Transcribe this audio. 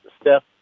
Steph